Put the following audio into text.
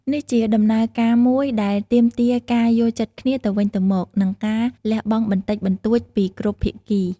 នេះជាដំណើរការមួយដែលទាមទារការយល់ចិត្តគ្នាទៅវិញទៅមក និងការលះបង់បន្តិចបន្តួចពីគ្រប់ភាគី។